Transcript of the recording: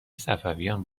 صفویان